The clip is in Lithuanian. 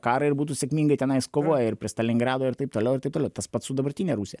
karą ir būtų sėkmingai tenais kovoję ir prie stalingrado ir taip toliau ir taip toliau tas pats su dabartine rusija